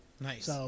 Nice